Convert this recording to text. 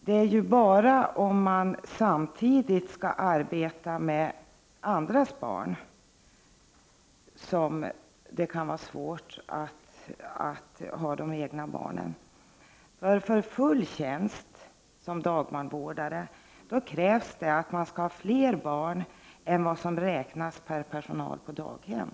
Det är bara om man samtidigt skall arbeta med andras barn som det kan vara svårt att också sköta de egna barnen. För full tjänst som dagbarnvårdare krävs vård av fler barn än vad som krävs när det gäller personal på daghem.